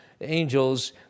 angels